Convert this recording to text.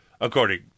according